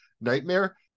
nightmare